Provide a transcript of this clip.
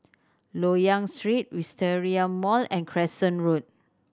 Loyang Street Wisteria Mall and Crescent Road